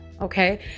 okay